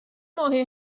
ماهی